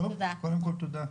טוב, קודם כול תודה.